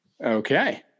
Okay